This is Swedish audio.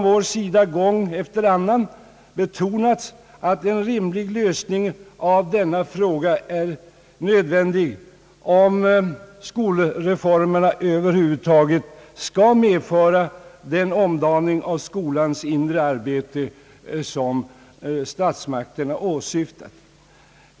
Vi har gång efter annan betonat, att en rimlig lösning av detta problem är nödvändig om skolreformerna över huvud taget skall medföra den omdaning av skolans inre arbete som statsmakterna åsyftar.